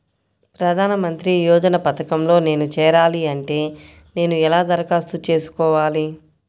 ప్రధాన మంత్రి యోజన పథకంలో నేను చేరాలి అంటే నేను ఎలా దరఖాస్తు చేసుకోవాలి?